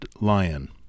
lion